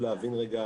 טרום הקורונה,